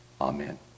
amen